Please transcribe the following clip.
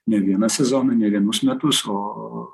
ne vieną sezoną ne vienus metus o